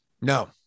No